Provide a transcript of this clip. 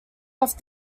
off